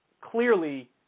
clearly